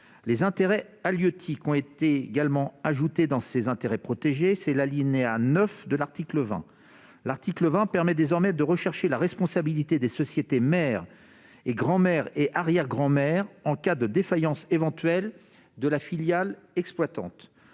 Les intérêts halieutiques ont été également ajoutés dans ces intérêts protégés, à l'alinéa 9. Cet article permet désormais de rechercher la responsabilité des sociétés mères, grands-mères et arrière-grands-mères en cas de défaillance éventuelle de la filiale exploitante.